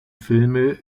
filme